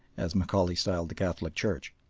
as macaulay styled the catholic church.